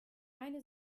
eine